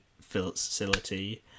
facility